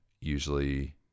usually